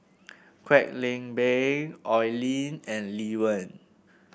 Kwek Leng Beng Oi Lin and Lee Wen